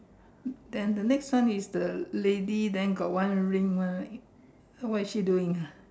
then the next one is the lady then got one ring right so what is she doing ah